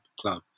club